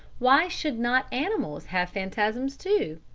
why should not animals have phantasms too?